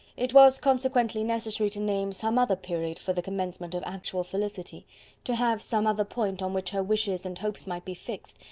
it was consequently necessary to name some other period for the commencement of actual felicity to have some other point on which her wishes and hopes might be fixed,